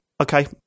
okay